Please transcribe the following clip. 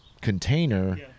container